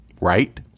right